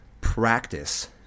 practice